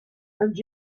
and